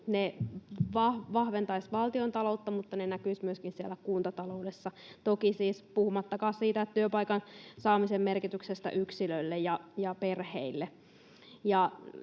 Ne vahventaisivat valtiontaloutta, mutta ne näkyisivät myöskin siellä kuntataloudessa, toki siis puhumattakaan siitä työpaikan saamisen merkityksestä yksilölle ja perheille.